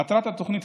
מטרת התוכנית,